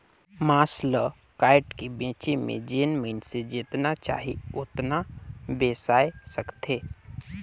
मांस ल कायट के बेचे में जेन मइनसे जेतना चाही ओतना बेसाय सकथे